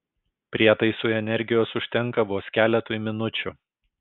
prietaisui energijos užtenka vos keletui minučių